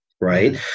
right